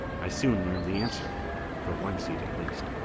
i soon learned the answer for one seat at least.